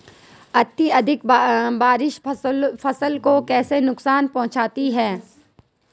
अत्यधिक बारिश फसल को कैसे नुकसान पहुंचाती है?